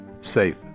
SAFE